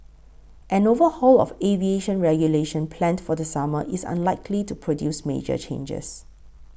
an overhaul of aviation regulation planned for the summer is unlikely to produce major changes